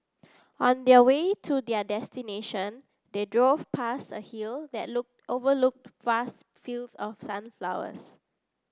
on the way to their destination they drove past a hill that look overlooked vast fields of sunflowers